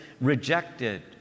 rejected